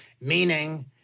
meaning